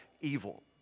evil